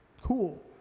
cool